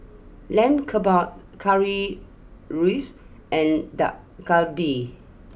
Lamb Kebabs Currywurst and Dak Galbi